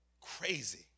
Crazy